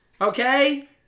Okay